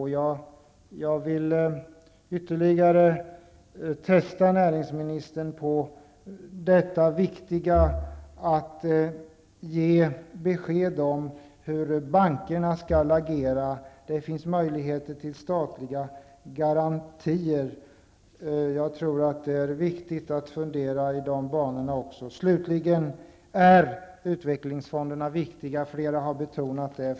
Jag vill ytterligare testa näringsministern och be honom ge besked i fråga om något mycket viktigt, nämligen hur bankerna skall agera. Det finns möjligheter till statliga garantier. Jag tror att det också är viktigt att fundera i de banorna. Utvecklingsfonderna är viktiga, och flera har betonat det.